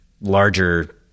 larger